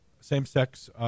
same-sex